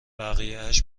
بقیهاش